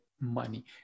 money